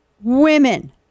women